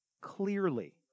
clearly